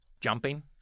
Jumping